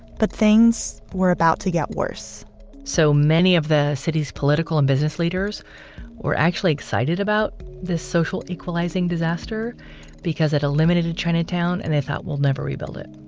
but things were about to get worse so many of the city's political and business leaders were actually excited about this social equalizing disaster because it eliminated chinatown and they thought, we'll never rebuild it.